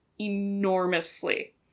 enormously